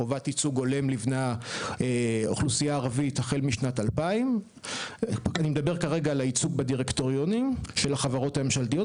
יש חובת ייצוג הולם לבני האוכלוסייה העברית החל משנת 2000. אני מדבר כרגע על הייצוג בדירקטוריונים של החברות הממשלתיות.